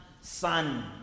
son